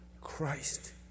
Christ